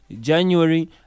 January